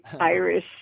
Irish